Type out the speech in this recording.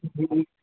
ହୁଁ